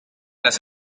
las